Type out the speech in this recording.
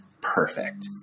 perfect